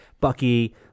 Bucky